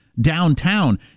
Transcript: downtown